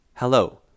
Hello